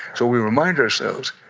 so we remind ourselves.